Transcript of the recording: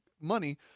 money